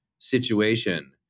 situation